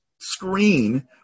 screen